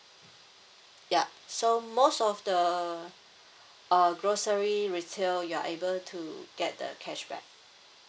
yup so most of the uh grocery retail you are able to get the cashback